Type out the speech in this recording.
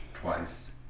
twice